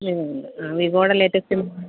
Vivo ഉണ്ട് ആ വിവോയുടെ ലേറ്റസ്റ്റ് മോഡൽ